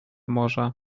morza